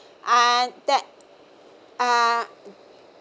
uh that uh